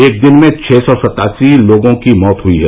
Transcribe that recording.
एक दिन में छः सौ सत्तासी लोगों की मौत हुई है